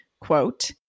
quote